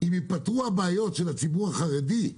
אם ייפתרו הבעיות של הציבור החרדי,